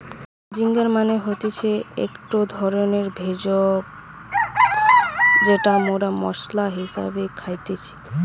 ginger মানে হতিছে একটো ধরণের ভেষজ যেটা মরা মশলা হিসেবে খাইতেছি